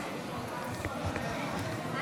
הנחות),